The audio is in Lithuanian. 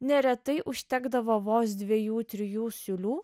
neretai užtekdavo vos dviejų trijų siūlių